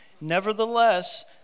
Nevertheless